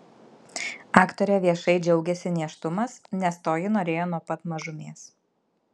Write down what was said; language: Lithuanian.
aktorė viešai džiaugiasi nėštumas nes to ji norėjo nuo pat mažumės